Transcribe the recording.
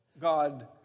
God